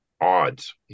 odds